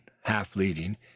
half-leading